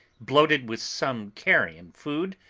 bloated with some carrion food,